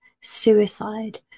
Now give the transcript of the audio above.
suicide